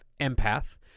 empath